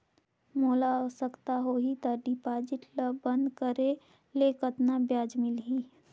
मोला आवश्यकता होही त डिपॉजिट ल बंद करे ले कतना ब्याज मिलही?